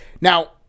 Now